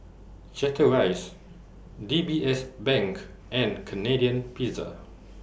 Chateraise D B S Bank and Canadian Pizza